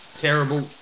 Terrible